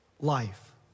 life